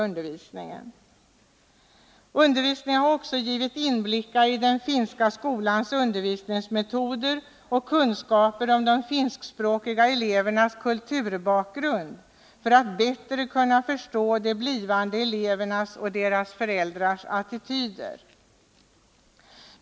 Undervisningen har också givit inblickar i den finska skolans undervisningsmetodar och kunskaper om de finskspråkiga elevernas kulturbakgrund, för att man bättre skall kunna förstå de blivande elevernas och deras föräldrars attityder.